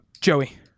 Joey